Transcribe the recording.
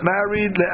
Married